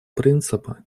принципа